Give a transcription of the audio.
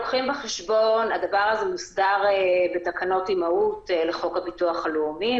הדבר הזה מוסדר בתקנות אימהות לחוק הביטוח הלאומי.